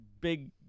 big